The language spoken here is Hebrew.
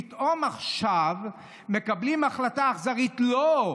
פתאום עכשיו מקבלים החלטה אכזרית: לא,